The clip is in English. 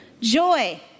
Joy